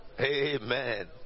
Amen